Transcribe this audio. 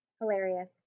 Hilarious